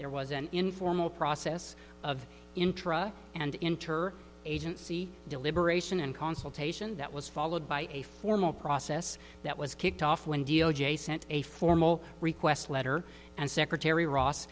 there was an informal process of intra and inter agency deliberation and consultation that was followed by a formal process that was kicked off when d o j sent a formal request letter and secretary ross